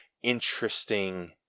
interesting